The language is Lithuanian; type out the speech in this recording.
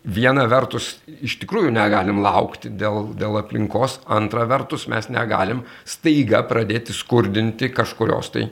viena vertus iš tikrųjų negalim laukti dėl dėl aplinkos antra vertus mes negalim staiga pradėti skurdinti kažkurios tai